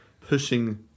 pushing